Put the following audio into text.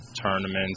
tournaments